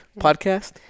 podcast